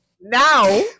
now